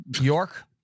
York